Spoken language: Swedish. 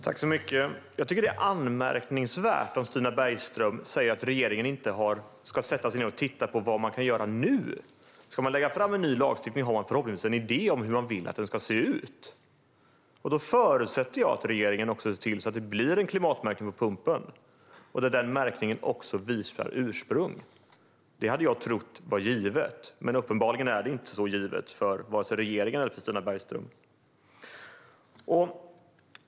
Herr talman! Jag tycker att det är anmärkningsvärt att Stina Bergström säger att regeringen inte ska sätta sig ned och titta på vad man kan göra nu. Ska man lägga fram en ny lagstiftning har man förhoppningsvis en idé om hur man vill att den ska se ut. Då förutsätter jag att regeringen också ser till att det blir en klimatmärkning på pumpen, en märkning som även visar ursprung. Det hade jag trott var givet. Men uppenbarligen är det inte så givet för vare sig regeringen eller Stina Bergström.